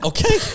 Okay